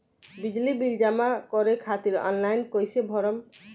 बिजली बिल जमा करे खातिर आनलाइन कइसे करम?